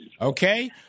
Okay